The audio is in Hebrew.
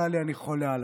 טלי, אני חולה עלייך.